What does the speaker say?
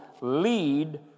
lead